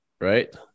right